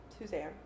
Suzanne